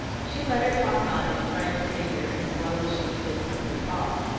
she let her talk on, and tried to figure, as well as she could from her talk,